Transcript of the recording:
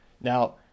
now